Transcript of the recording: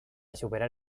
superar